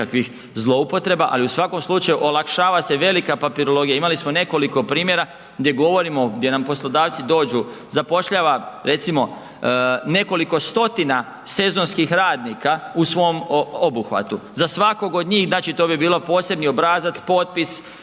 nekakvih zloupotreba, ali u svakom slučaju olakšava se velika papirologija, imali smo nekoliko primjera gdje govorimo, gdje nam poslodavci dođu, zapošljava recimo nekoliko stotina sezonskih radnika u svom obuhvatu, za svakog od njih, znači to bi bilo posebni obrazac, potpis,